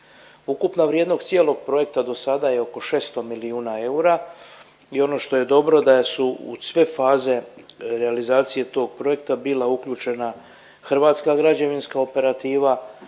Ukupna vrijednost cijelog projekta do sada je oko 600 milijuna eura i ono što je dobro da u sve faze realizacije tog projekta bila uključena hrvatska građevinska operativa,